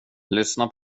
lyssna